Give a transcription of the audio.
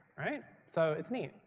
so it's neat.